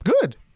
Good